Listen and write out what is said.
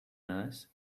nurse